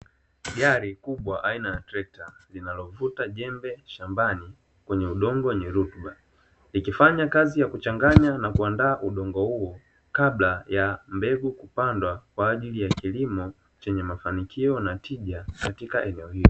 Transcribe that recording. Gari kubwa aina ya trekta linalovuta jembe shambani kwenye udongo wenye rutuba, likifanya kazi ya kuchanganya na kuandaa udongo huu kabla ya mbegu kupandwa kwa ajili ya kilimo chenye mafanikio na tija katika eneo hilo.